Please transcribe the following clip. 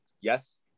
yes